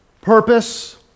Purpose